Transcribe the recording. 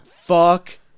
Fuck